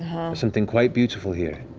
something quite beautiful here.